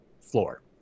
floor